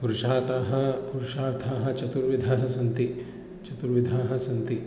पुरुषाताः पुरुषार्थाः चतुर्विधः सन्ति चतुर्विधाः सन्ति